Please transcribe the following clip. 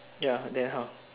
ya then how